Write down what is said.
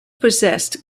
possessed